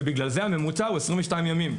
ובגלל זה הממוצע הוא 22 ימים.